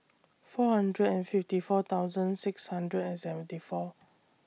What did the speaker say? four hundred and fifty four thousand six hundred and seventy four